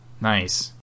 Nice